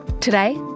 Today